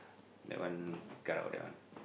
that one cut out that one